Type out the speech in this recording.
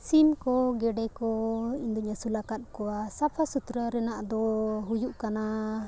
ᱥᱤᱢ ᱠᱚ ᱜᱮᱰᱮ ᱠᱚ ᱤᱧ ᱫᱚᱧ ᱟᱹᱥᱩᱞ ᱟᱠᱟᱫ ᱠᱚᱣᱟ ᱥᱟᱯᱷᱟ ᱥᱩᱛᱨᱟᱹ ᱨᱮᱱᱟᱜ ᱫᱚ ᱦᱩᱭᱩᱜ ᱠᱟᱱᱟ